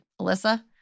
Alyssa